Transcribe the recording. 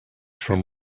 from